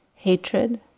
Hatred